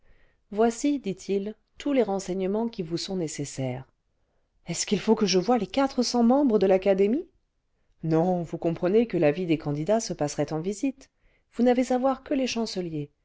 yoici dit-il tous les renseignements qui vous sont nécessaires est-ce qu'il faut que je voie les quatre cents membres de l'académie non vous comprenez que la vie des candidats se passerait en visites vous n'avez à voir que les chanceliers